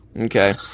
Okay